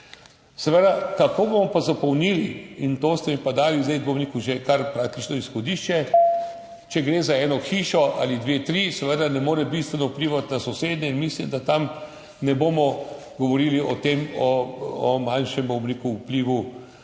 več. Kako bomo pa zapolnili, in to ste mi pa dali zdaj že kar praktično izhodišče, če gre za eno hišo ali dve, tri, seveda ne more bistveno vplivati na sosede in mislim, da tam ne bomo govorili o tem velikem vplivu.